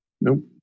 Nope